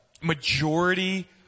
majority